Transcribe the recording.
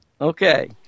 Okay